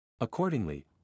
Accordingly